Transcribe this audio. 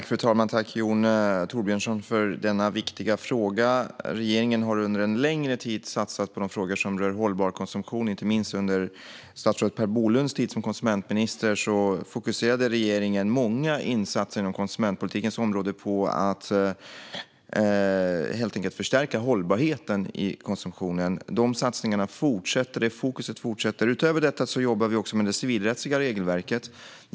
Fru talman! Tack, Jon Thorbjörnson, för denna viktiga fråga! Regeringen har under en längre tid satsat på de frågor som rör hållbar konsumtion. Inte minst under statsrådet Per Bolunds tid som konsumentminister fokuserade regeringen många insatser inom konsumentpolitikens område på att helt enkelt förstärka hållbarheten i konsumtionen. Dessa satsningar och detta fokus fortsätter. Utöver detta jobbar vi med det civilrättsliga regelverket.